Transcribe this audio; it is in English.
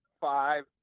five